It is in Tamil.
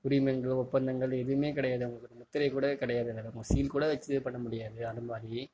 உரிமங்கள் ஒப்பந்தங்கள் எதுவுமே கிடையாது அவங்களுக்கு ஒரு முத்திரை கூட கிடையாது சீல் கூட வச்சு இது பண்ண முடியாது அதை மாதிரி